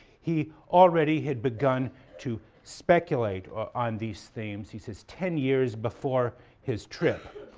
he already had begun to speculate on these things, he says, ten years before his trip.